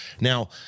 Now